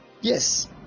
Yes